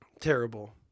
terrible